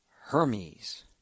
Hermes